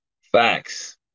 Facts